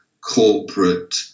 corporate